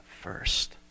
first